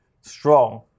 strong